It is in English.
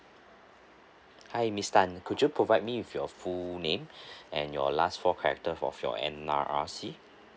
hi miss tan could you provide me with your full name and your last four character of your N_R_I_C